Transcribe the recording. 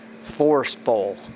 forceful